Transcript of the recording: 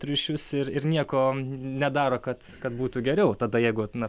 triušius ir ir nieko nedaro kad kad būtų geriau tada jeigu vat na